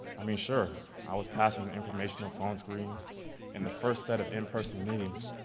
i mean sure, i was passing the informational phone screens and the first set of in-person meetings.